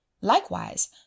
Likewise